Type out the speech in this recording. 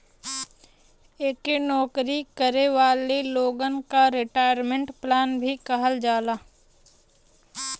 एके नौकरी करे वाले लोगन क रिटायरमेंट प्लान भी कहल जाला